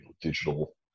digital